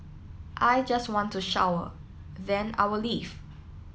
I just want to shower then I will leave